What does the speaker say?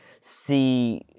see